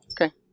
Okay